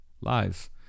lies